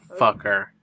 fucker